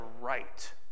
right